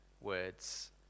words